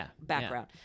background